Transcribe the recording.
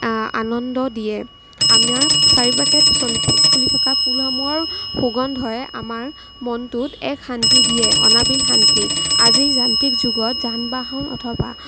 আনন্দ দিয়ে আমাৰ চাৰিওপাশে ফুলি থকা ফুলসমূহৰ সুগন্ধই আমাৰ মনটোত এক শান্তি দিয়ে অনাবিল শান্তি আজিৰ যান্ত্ৰিক যুগত যান বাহন অথবা